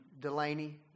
Delaney